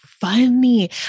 funny